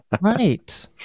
Right